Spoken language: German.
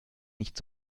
nicht